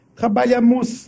trabalhamos